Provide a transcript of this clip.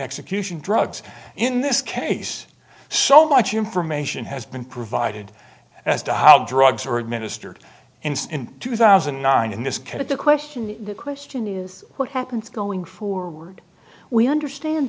execution drugs in this case so much information has been provided as to how drugs are administered and in two thousand and nine in this case the question the question is what happens going forward we understand